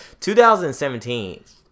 2017